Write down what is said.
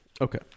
Okay